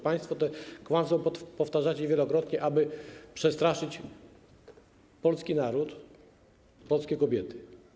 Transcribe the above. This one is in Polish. Państwo to kłamstwo powtarzacie wielokrotnie, aby przestraszyć polski naród, polskie kobiety.